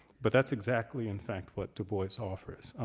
but that's exactly in fact, what dubois offers.